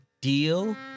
deal